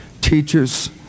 Teachers